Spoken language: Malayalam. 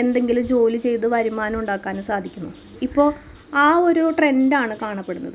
എന്തെങ്കില് ജോലി ചെയ്ത് വരുമാനവുണ്ടാക്കാനും സാധിക്കുന്നു ഇപ്പോൾ അ ഒരു ട്രെൻഡാണ് കാണപ്പെടുന്നത്